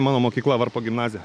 mano mokykla varpo gimnazija